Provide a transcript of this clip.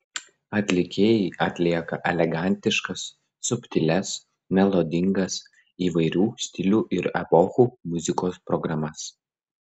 atlikėjai atlieka elegantiškas subtilias melodingas įvairių stilių ir epochų muzikos programas